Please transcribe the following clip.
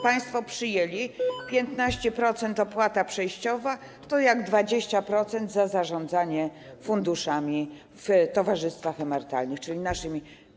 Państwo przyjęli, że 15% wynosi opłata przejściowa, a to jest jak 20% za zarządzanie funduszami w towarzystwach emerytalnych, czyli naszymi.